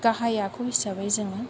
गाहाय आखु हिसाबै जोङो